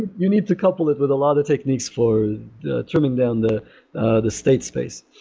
you need to couple it with a lot of techniques for trimming down the the states space.